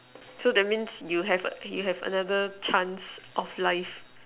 so that means you have a you have another chance of life